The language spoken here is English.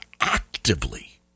actively